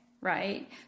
right